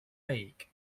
fake